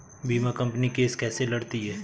बीमा company case कैसे लड़ती है?